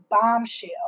bombshell